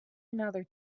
another